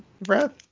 breath